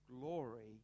glory